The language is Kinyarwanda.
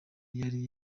yari